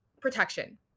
protection